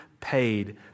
paid